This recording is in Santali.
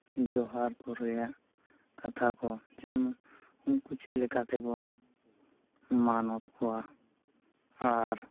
ᱡᱚᱦᱟᱨ ᱠᱚ ᱨᱮᱭᱟᱜ ᱠᱟᱛᱷᱟ ᱠᱚ ᱡᱮᱢᱚᱱ ᱩᱱᱠᱩ ᱪᱮᱫ ᱞᱮᱠᱟᱛᱮᱵᱚᱱ ᱢᱟᱱᱚᱛ ᱠᱚᱣᱟ ᱟᱨ